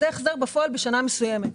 זה החזר בפועל בשנה מסוימת.